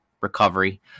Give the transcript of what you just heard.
recovery